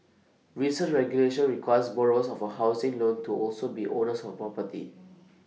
recent regulation requires borrowers of A housing loan to also be owners of A property